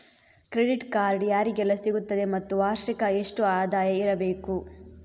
Credit card ಯಾರಿಗೆಲ್ಲ ಸಿಗುತ್ತದೆ ಮತ್ತು ವಾರ್ಷಿಕ ಎಷ್ಟು ಆದಾಯ ಇರಬೇಕು?